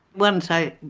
once i